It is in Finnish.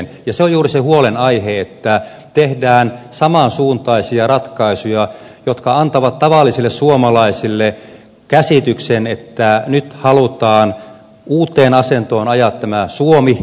se on juuri se huolenaihe että tehdään samansuuntaisia ratkaisuja jotka antavat tavallisille suomalaisille käsityksen että nyt halutaan uuteen asentoon ajaa tämä suomi